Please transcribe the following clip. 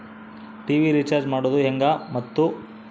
TV recharge ಮಾಡೋದು ಹೆಂಗ ಮತ್ತು?